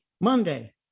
Monday